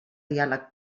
diàleg